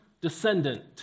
descendant